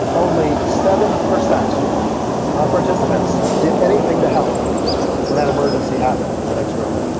only seven percent of participants did anything to help when that emergency happened in the next room,